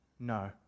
No